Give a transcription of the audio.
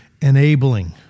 enabling